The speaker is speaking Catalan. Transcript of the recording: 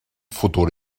futur